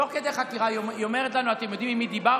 תוך כדי חקירה היא אומרת לנו: אתם יודעים עם מי דיברתי?